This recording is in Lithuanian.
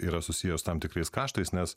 yra susiję su tam tikrais kaštais nes